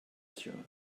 child